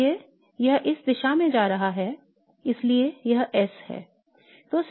इसलिए यह इस दिशा में जा रहा है इसलिए यह S है